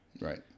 Right